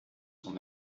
sont